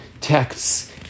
texts